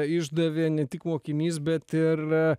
išdavė ne tik mokinys bet ir